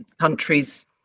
countries